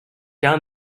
down